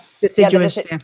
Deciduous